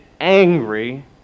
angry